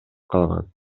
калган